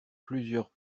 plusieurs